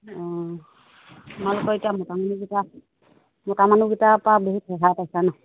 অঁ তোমালোকৰ এতিয়া মতা মানুহকেইটা মতা মানুহকেইটাৰ পৰা বহুত সহায় পাইছোঁ ন